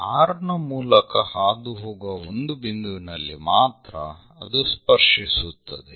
R ನ ಮೂಲಕ ಹಾದುಹೋಗುವ ಒಂದು ಬಿಂದುವಿನಲ್ಲಿ ಮಾತ್ರ ಅದು ಸ್ಪರ್ಶಿಸುತ್ತದೆ